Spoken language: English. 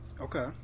Okay